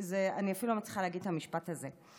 אני אפילו לא מצליחה להגיד את המשפט הזה.